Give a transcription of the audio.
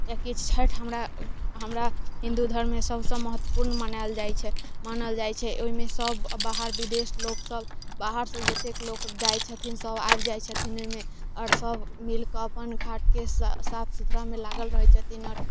या किछु छठि हमरा हमरा हिंदू धर्ममे सबसे महत्वपूर्ण मनायल जाइ छै मानल जाइ छै ओहिमे सब बाहर विदेश लोक सब बाहर सँ जतेक लोक जाइ छथिन सब आइब जाइ छथिन ओयमे आओर सब मिलके अपन घाट के साफ सुथरा मे लागल रहै छथिन आओर